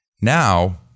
Now